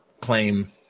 claim